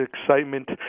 excitement